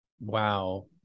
Wow